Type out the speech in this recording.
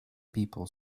people